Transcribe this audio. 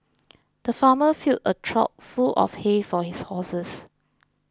the farmer filled a trough full of hay for his horses